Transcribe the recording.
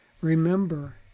Remember